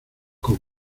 con